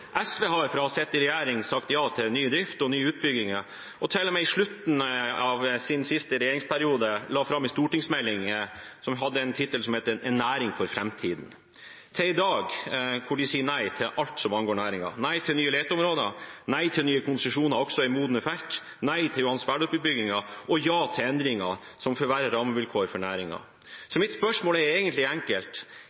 SV har fra da de satt i regjering, sagt ja til ny drift og nye utbygginger. Til og med i slutten av den siste regjeringsperioden var de med og la fram en stortingsmelding med tittelen En næring for framtida. I dag sier de nei til alt som angår næringen: Nei til nye leteområder, nei til nye konsesjoner, også i modne felt, nei til Johan Sverdrup-utbyggingen – og ja til endringer som forverrer rammevilkårene for